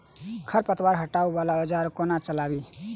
खरपतवार हटावय वला औजार केँ कोना चलाबी?